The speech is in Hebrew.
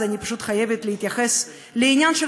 אז אני פשוט חייבת להתייחס לעניין של